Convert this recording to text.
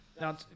Now